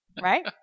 Right